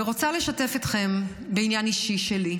אני רוצה לשתף אתכם בעניין אישי שלי.